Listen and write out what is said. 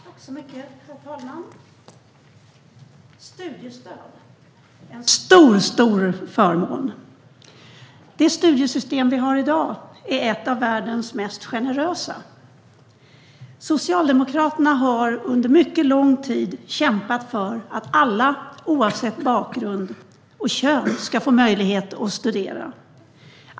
Herr talman! Studiestöd är en stor förmån. Det studiestödssystem vi har i dag är ett av världens mest generösa. Socialdemokraterna har under mycket lång tid kämpat för att alla, oavsett bakgrund och kön, ska få möjlighet att studera.